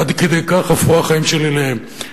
עד כדי כך הפכו החיים שלי למסויטים,